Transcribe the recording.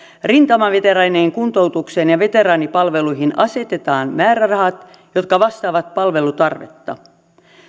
rintamaveteraanien kuntoutukseen ja veteraanipalveluihin asetetaan määrärahat jotka vastaavat palvelutarvetta